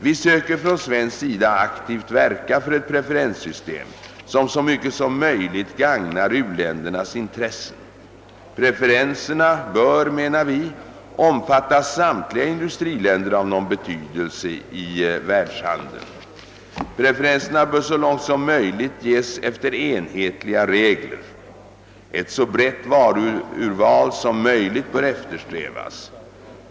Vi söker från svensk sida aktivt verka för ett preferenssystem som så mycket som möjligt gagnar u-ländernas intressen. Preferenserna bör, menar vi, omfatta samtliga industriländer av någon betydelse i världshandeln. Preferenserna bör så långt som möjligt ges efter enhetliga regler. Ett så brett varuurval som möjligt bör eftersträvas.